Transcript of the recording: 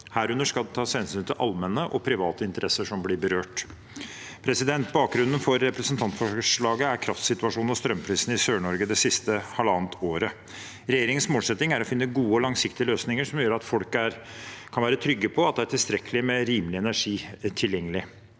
herunder skal det tas hensyn til allmenne og private interesser som blir berørt.» Bakgrunnen for representantforslaget er kraftsituasjonen og strømprisen i Sør-Norge det siste halvannet året. Regjeringens målsetting er å finne gode og langsiktige løsninger som gjør at folk kan være trygge på at det er tilstrekkelig med rimelig energi tilgjengelig.